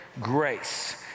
grace